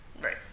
Right